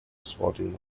spotting